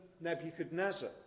Nebuchadnezzar